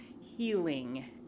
healing